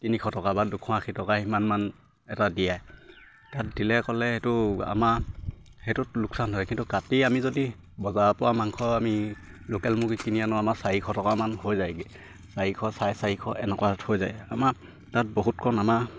তিনিশ টকা বা দুশ আশী টকা ইমান এটা দিয়ে তাত দিলে ক'লে সেইটো আমা সেইটোত লোকচান ধৰে কিন্তু কাটি আমি যদি বজাৰৰ পৰা মাংস আমি লোকেল মুৰ্গী কিনি আনো আমাৰ চাৰিশ টকামান হৈ যায়গে চাৰিশ চাৰে চাৰিশ এনেকুৱা হৈ যায় আমাৰ তাত বহুত